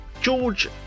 George